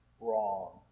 wrong